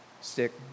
stick